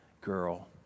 girl